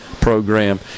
program